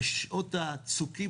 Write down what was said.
בשעות הצוקים,